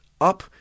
up